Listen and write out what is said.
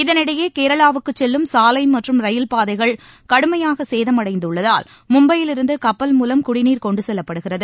இதனிடையே கேரளாவுக்குச் செல்லும் சாலை மற்றும் ரயில் பாதைகள் கடுமையாக சேதமடைந்துள்ளதால் மும்பையிலிருந்து கப்பல் மூலம் குடிநீர் கொண்டுச் செல்லப்படுகிறது